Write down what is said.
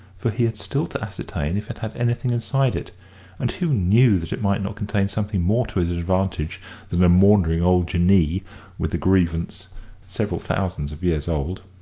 for he had still to ascertain if it had anything inside it and who knew that it might not contain something more to his advantage than a maundering old jinnee with a grievance several thousands of years old?